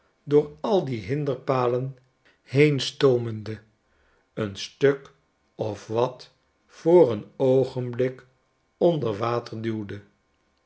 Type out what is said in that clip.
door al die hinderpalen heenstoomende een stuk of wat voor een oogenblik onder water duwde